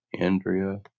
Andrea